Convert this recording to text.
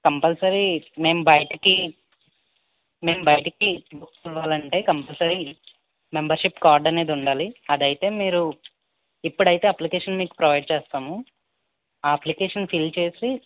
compulsory మేము బయటకి మేము బయటికి ఇవ్వాలంటే కంపల్సరీ మెంబర్షిప్ కార్డ్ అనేది ఉండాలి అది అయితే మీరు ఇప్పుడు అయితే అప్లికేషన్ మీకు ప్రొవైడ్ చేస్తాము ఆ అప్లికేషన్ ఫిల్ చేసి